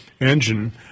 engine